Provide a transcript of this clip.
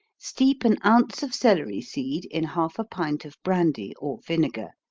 steep an ounce of celery seed in half a pint of brandy, or vinegar.